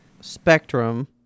Spectrum